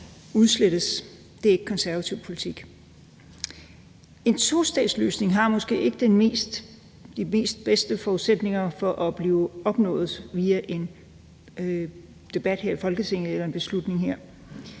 udslettes. Det er ikke konservativ politik. En tostatsløsning har måske ikke de bedste forudsætninger for at blive opnået via en debat her i Folketinget eller en beslutning her.